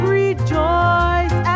rejoice